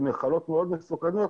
מחלות מאוד מסוכנות,